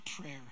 prayer